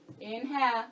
inhale